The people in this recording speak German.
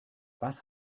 was